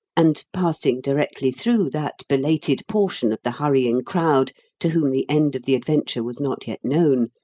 and, passing directly through that belated portion of the hurrying crowd to whom the end of the adventure was not yet known,